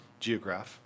geograph